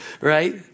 right